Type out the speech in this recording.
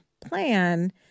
plan